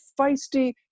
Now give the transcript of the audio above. feisty